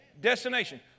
destination